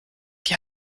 die